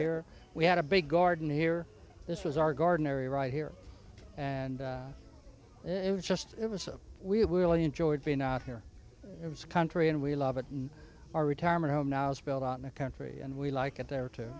here we had a big garden here this was our garden area right here and it was just it was so we really enjoyed being out here it was country and we love it and our retirement home now is built on the country and we like it there to